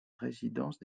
résidence